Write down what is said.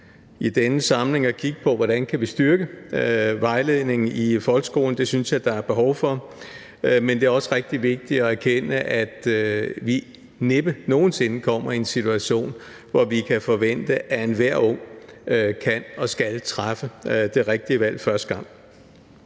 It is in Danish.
i denne samling at kigge på, hvordan vi kan styrke vejledningen i folkeskolen. Det synes jeg der er behov for, men det er også rigtig vigtigt at erkende, at vi næppe nogen sinde kommer i en situation, hvor vi kan forvente, at enhver ung kan og skal træffe det rigtige valg første gang.